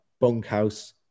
bunkhouse